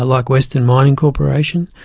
ah like western mining corporation,